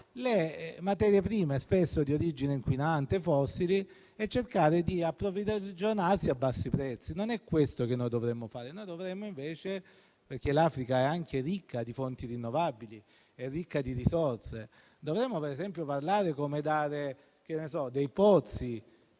le materie prime, spesso di origine inquinante e fossile, e cercare di approvvigionarsi a bassi prezzi. Non è questo che noi dovremmo fare. Dal momento che l'Africa è anche ricca di fonti rinnovabili e ricca di risorse, noi dovremmo, per esempio, dare dei pozzi,